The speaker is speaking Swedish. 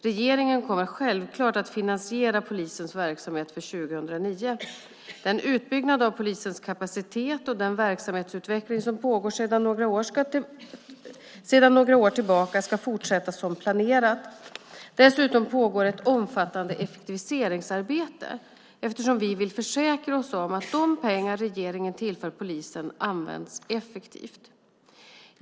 Regeringen kommer självklart att finansiera polisens verksamhet för 2009. Den utbyggnad av polisens kapacitet och den verksamhetsutveckling som pågår sedan några år tillbaka ska fortsätta som planerat. Dessutom pågår det ett omfattande effektiviseringsarbete eftersom vi vill försäkra oss om att de pengar regeringen tillför polisen används effektivt.